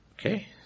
Okay